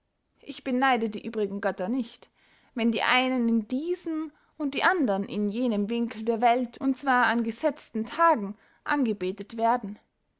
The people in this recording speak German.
ich beneide die übrigen götter nicht wenn die einen in diesem und die andern in jenem winkel der welt und zwar an gesetzten tagen angebetet werden